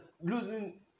losing